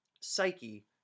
psyche